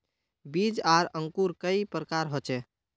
बीज आर अंकूर कई प्रकार होचे?